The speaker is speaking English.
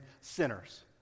sinners